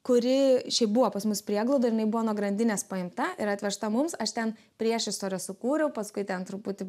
kuri šiaip buvo pas mus prieglaudoj ir jinai buvo nuo grandinės paimta ir atvežta mums aš ten priešistorę sukūriau paskui ten truputį